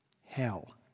hell